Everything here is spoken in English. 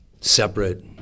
separate